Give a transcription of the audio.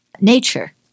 nature